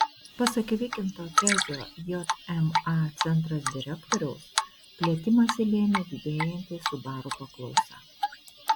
pasak vykinto kezio jma centras direktoriaus plėtimąsi lėmė didėjanti subaru paklausa